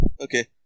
Okay